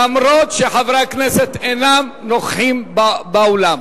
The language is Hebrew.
למרות העובדה שחברי הכנסת אינם נוכחים באולם.